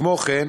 כמו כן,